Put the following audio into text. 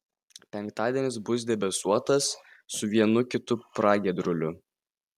penktadienis bus debesuotas su vienu kitu pragiedruliu